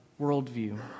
worldview